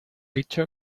dicho